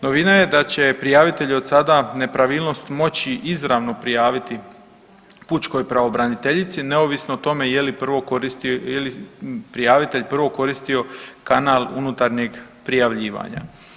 Novina je da će prijavitelj od sada nepravilnost moći izravno prijaviti pučkoj pravobraniteljici neovisno o tome je li prijavitelj prvo koristio kanal unutarnjeg prijavljivanja.